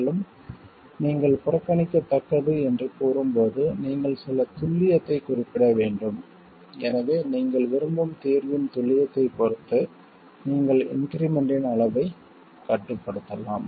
மேலும் நீங்கள் புறக்கணிக்கத்தக்கது என்று கூறும்போது நீங்கள் சில துல்லியத்தைக் குறிப்பிட வேண்டும் எனவே நீங்கள் விரும்பும் தீர்வின் துல்லியத்தைப் பொறுத்து நீங்கள் இன்க்ரிமெண்ட்டின் அளவைக் கட்டுப்படுத்தலாம்